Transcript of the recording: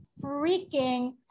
freaking